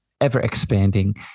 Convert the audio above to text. ever-expanding